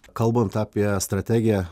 kalbant apie strategiją